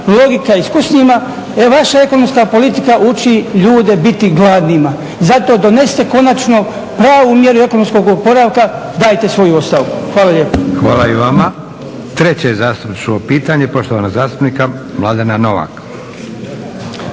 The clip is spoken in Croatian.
logika iskusnima, e vaša ekonomska politika uči ljude biti gladnima. Zato donesite končano pravu mjeru ekonomskog oporavka, dajte svoju ostavku. Hvala lijepo. **Leko, Josip (SDP)** Hvala i vama. Treće zastupničko pitanje poštovanog zastupnika Mladena Novaka.